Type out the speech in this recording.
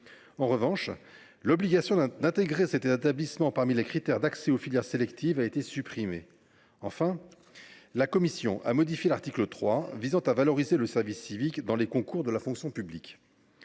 En revanche, l’obligation d’intégrer cet engagement parmi les critères d’accès aux filières sélectives a été supprimée. Enfin, la commission a modifié l’article 3, visant à valoriser le service civique dans les concours de la fonction publique.